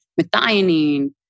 methionine